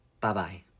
Bye-bye